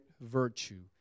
virtue